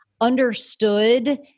understood